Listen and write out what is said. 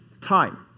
time